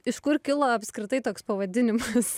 iš kur kilo apskritai toks pavadinimas